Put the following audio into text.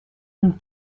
een